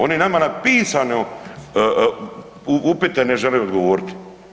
Oni nama na pisano upite ne žele odgovoriti.